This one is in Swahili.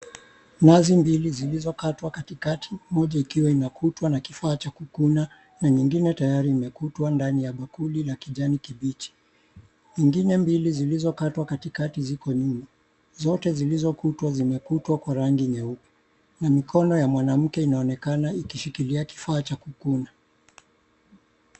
Nazi mbili zilizokatwa katikati moja ikiwa inakutwa na kifaa cha kukuna na nyingine imekutwa ndani ya bakuli la kijani kibichi, ingine mbili zilizokatwa katikati ziko nyuma, zote zilizokutwa zimekutwa kwa rangi nyeupe na mikono ya mwanamke inaonekana ikishikilia kifaa cha kukuna.